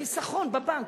חיסכון בבנק.